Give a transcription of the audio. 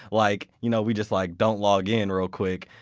like you know we just like don't log in real quick,